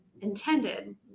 intended